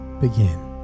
begin